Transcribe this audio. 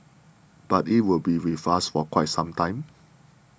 but it will be with us for quite some time